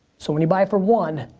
so when you buy it for one,